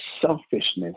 selfishness